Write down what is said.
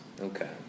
Okay